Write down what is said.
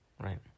right